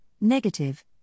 negative